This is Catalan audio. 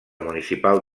municipal